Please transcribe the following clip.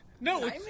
No